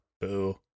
Boo